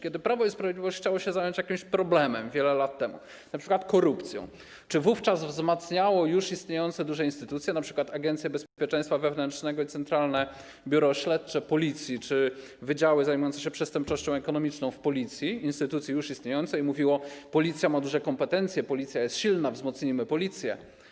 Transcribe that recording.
Kiedy Prawo i Sprawiedliwość chciało się zająć jakimś problemem wiele lat temu, np. korupcją, czy wówczas wzmacniało już istniejące duże instytucje, np. Agencję Bezpieczeństwa Wewnętrznego i Centralne Biuro Śledcze Policji czy wydziały zajmujące się przestępczością ekonomiczną w Policji, instytucji już istniejącej, czy mówiło: Policja ma duże kompetencje, Policja jest silna, wzmocnijmy Policję?